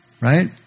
Right